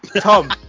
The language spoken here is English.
Tom